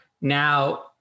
now